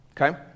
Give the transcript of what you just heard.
Okay